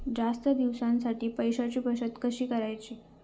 जास्त दिवसांसाठी पैशांची बचत कशी करायची?